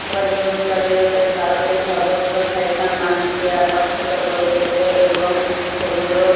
বলিউড টলিউডে ভারতের সর্বত্র ফ্যাশন মানুষকে আকর্ষিত করে তোলে এবং সেগুলো